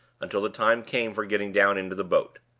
until the time came for getting down into the boat.